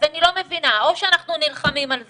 אז אני לא מבינה, או שאנחנו נלחמים על זה,